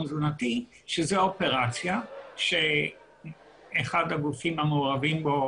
תזונתי שזאת אופרציה שאחד הגופים המעורבים בו